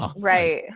Right